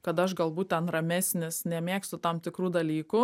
kad aš galbūt ten ramesnis nemėgstu tam tikrų dalykų